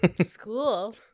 School